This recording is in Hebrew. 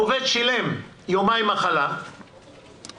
העובד שילם יומיים מחלה בכסף,